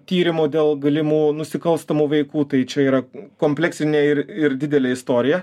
tyrimų dėl galimų nusikalstamų veikų tai čia yra kompleksinė ir ir didelė istorija